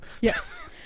Yes